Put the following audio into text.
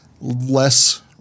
less